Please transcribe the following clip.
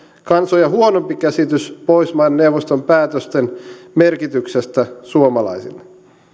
kansoja huonompi käsitys pohjoismaiden neuvoston päätösten merkityksestä suomalaisille